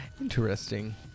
Interesting